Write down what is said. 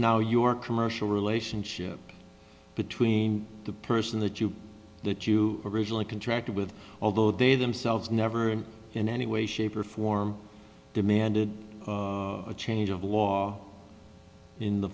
now your commercial relationship between the person that you that you originally contract with although they themselves never in any way shape or form demanded a change of law in the